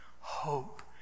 Hope